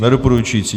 Nedoporučující.